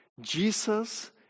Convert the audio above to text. Jesus